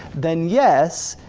then yes,